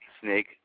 snake